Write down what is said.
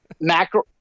macro